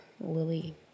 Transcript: lily